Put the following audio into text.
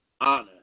honor